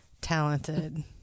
talented